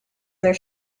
their